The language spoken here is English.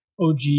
OG